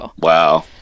Wow